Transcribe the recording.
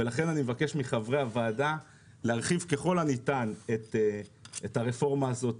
ולכן אני מבקש מחברי הוועדה להרחיב ככל הניתן את הרפורמה הזאת